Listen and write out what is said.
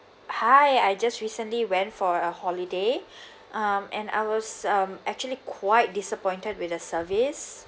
hi I just recently went for a holiday um and I was um actually quite disappointed with the service